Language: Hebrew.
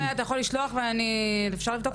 אין בעיה, אתה יכול לשלוח ואפשר אבדוק את זה.